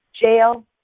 Jail